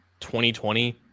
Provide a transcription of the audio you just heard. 2020